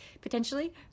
potentially